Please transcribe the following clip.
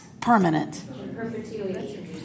permanent